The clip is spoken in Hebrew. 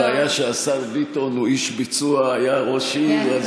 הבעיה שהשר ביטון הוא איש ביצוע, היה ראש עיר.